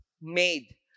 made